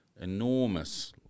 enormous